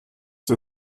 der